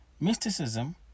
Mysticism